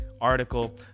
article